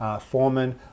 foreman